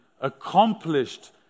accomplished